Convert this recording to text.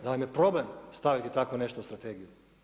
Da vam je problem staviti tako nešto u strategiju.